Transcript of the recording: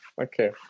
okay